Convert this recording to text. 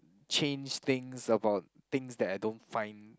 change things about things that I don't find